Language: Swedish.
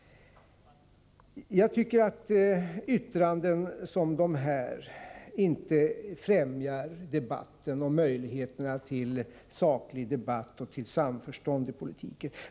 Jag tycker att yttranden som dessa inte främjar möjligheterna till saklig debatt och till samförstånd i politiken.